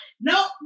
No